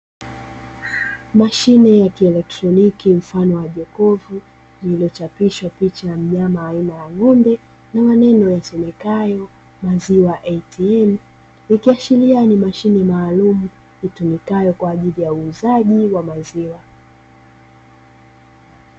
Mashine ya kielotroniki mfano wa jokofu, lililochapishwa picha ya mnyama aina ya ng'ombe na maneno yasomekayo, "Maziwa ATM" ikiashiria ni mashine maalumu itumikayo kwa ajili ya uuzaji wa maziwa.